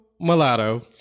Mulatto